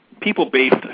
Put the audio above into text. people-based